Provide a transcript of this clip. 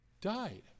died